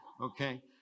okay